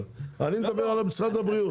אני מדבר על משרד הבריאות.